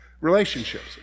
Relationships